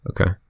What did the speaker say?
Okay